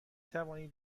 توانید